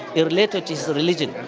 related to his religion,